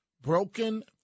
broken